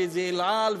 וזה "אל על",